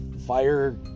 fire